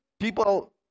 People